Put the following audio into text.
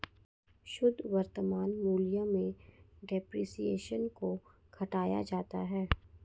शुद्ध वर्तमान मूल्य में डेप्रिसिएशन को घटाया जाता है